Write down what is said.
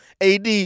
Ad